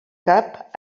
cap